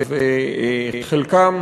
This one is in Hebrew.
וחלקם